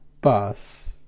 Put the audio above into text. Bus